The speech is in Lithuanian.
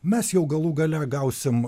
mes jau galų gale gausim